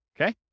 Okay